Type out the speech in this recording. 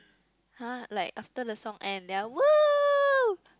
!huh! like after the song end then I !whoo!